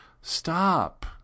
stop